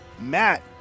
Matt